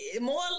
More